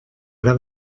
haurà